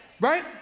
Right